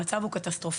המצב הוא קטסטרופלי.